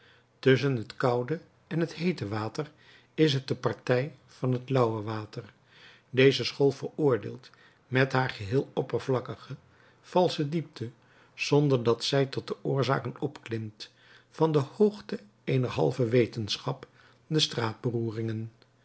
tusschen het koude en het heete water is het de partij van het lauwe water deze school veroordeelt met haar geheel oppervlakkige valsche diepte zonder dat zij tot de oorzaken opklimt van de hoogte eener halve wetenschap de